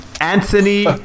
Anthony